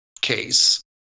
case